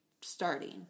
starting